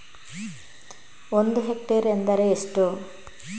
ಒಂದು ಹೆಕ್ಟೇರ್ ಎಂದರೆ ಎಷ್ಟು?